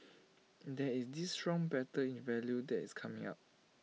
there is this strong battle in value that is coming up